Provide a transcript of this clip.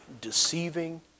Deceiving